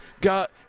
got